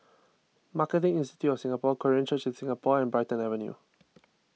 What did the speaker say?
Marketing Institute of Singapore Korean Church in Singapore and Brighton Avenue